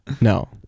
No